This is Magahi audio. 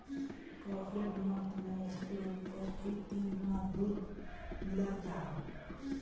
काफेलेट बनवार तने ऐस्प्रो कोफ्फीत तीन गुणा दूध मिलाल जाहा